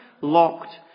locked